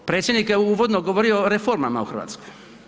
Predsjednik je uvodno govorio o reformama u Hrvatskoj.